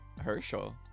Herschel